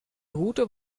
route